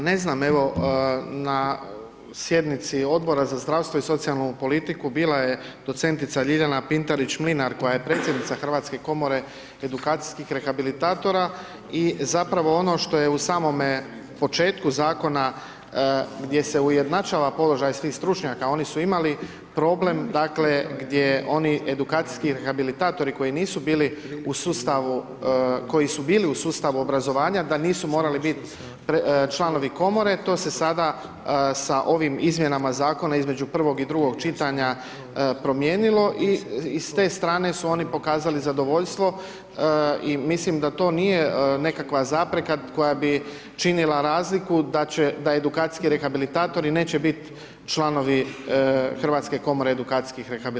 A, ne znam, evo na sjednici Odbora za zdravstvo i socijalnu politiku bila je docentica Ljiljana Pintarić Mlinar koja je predsjednica Hrvatske komore edukacijskih rehabilitatora i zapravo ono što je u samome početku Zakona gdje se ujednačava položaj svih stručnjaka, oni su imali problem, dakle, gdje oni edukacijski rehabilitatori koji nisu bili u sustavu, koji su bili u sustavu obrazovanja, da nisu morali bit članovi Komore, to se sada sa ovim izmjenama Zakona između prvog i drugog čitanja promijenilo i s te strane su oni pokazali zadovoljstvo i mislim da to nije nekakva zapreka koja bi činila razliku da edukacijski rehabilitatori neće bit članovi Hrvatske komore edukacijskih rehabilitatora.